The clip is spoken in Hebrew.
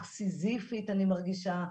סיזיפית אני מרגישה.